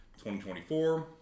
2024